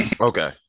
Okay